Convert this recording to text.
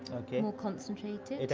okay. more concentrated.